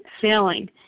failing